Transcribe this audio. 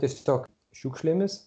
tiesiog šiukšlėmis